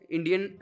Indian